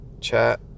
Chat